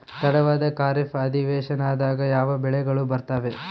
ತಡವಾದ ಖಾರೇಫ್ ಅಧಿವೇಶನದಾಗ ಯಾವ ಬೆಳೆಗಳು ಬರ್ತಾವೆ?